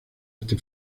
este